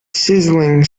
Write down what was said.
sizzling